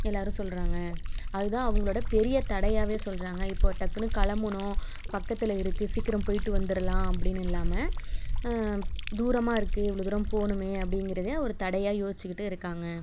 எல்லாரும் சொல்கிறாங்க அது தான் அவங்களோடய பெரிய தடையாகவே சொல்கிறாங்க இப்போது டக்குனு கிளம்புனோம் பக்கத்தில் இருக்குது சிக்கிரம் போயிட்டு வந்துடலாம் அப்படினு இல்லாமல் தூரமாக இருக்குது இவ்வளோ தூரம் போகணுமே அப்படிங்கிறதே ஒரு தடையாக யோசித்துக்கிட்டு இருக்காங்க